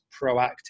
proactive